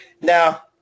Now